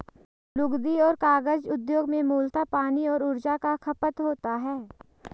लुगदी और कागज उद्योग में मूलतः पानी और ऊर्जा का खपत होता है